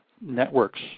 networks